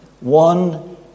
one